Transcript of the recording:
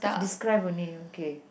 describe only okay